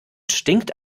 stinkt